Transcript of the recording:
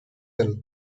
hill